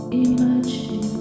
imagine